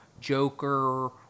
Joker